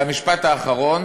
והמשפט האחרון,